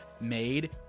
made